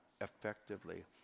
effectively